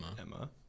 Emma